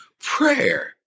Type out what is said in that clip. Prayer